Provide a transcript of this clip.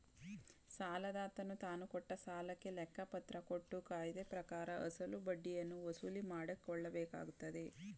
ಸಾಲದಾತನು ತಾನುಕೊಟ್ಟ ಸಾಲಕ್ಕೆ ಲೆಕ್ಕಪತ್ರ ಕೊಟ್ಟು ಕಾಯ್ದೆಪ್ರಕಾರ ಅಸಲು ಬಡ್ಡಿಯನ್ನು ವಸೂಲಿಮಾಡಕೊಳ್ಳಬೇಕಾಗತ್ತದೆ